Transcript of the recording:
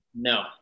No